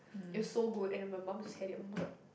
it was so good and then my mum just had it and almost like